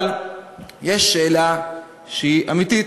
אבל יש שאלה שהיא אמיתית,